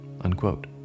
Unquote